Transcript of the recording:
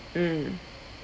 mm